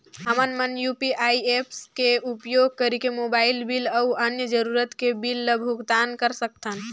हमन मन UPI apps के उपयोग करिके मोबाइल बिल अऊ अन्य जरूरत के बिल ल भुगतान कर सकथन